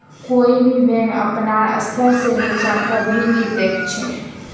कोई भी बैंक अपनार स्तर से नीचा कभी नी दख छे